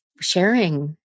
sharing